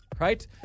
Right